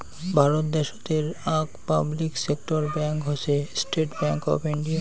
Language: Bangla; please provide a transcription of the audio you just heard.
ভারত দ্যাশোতের আক পাবলিক সেক্টর ব্যাঙ্ক হসে স্টেট্ ব্যাঙ্ক অফ ইন্ডিয়া